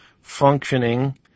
functioning